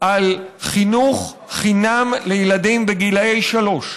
על חינוך חינם לילדים בגיל שלוש.